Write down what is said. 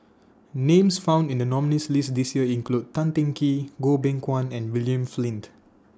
Names found in The nominees' list This Year include Tan Teng Kee Goh Beng Kwan and William Flint